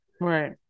right